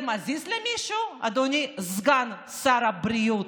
זה מזיז למישהו, אדוני סגן שר הבריאות?